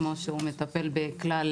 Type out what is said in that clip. כמו שהוא מטפל בכלל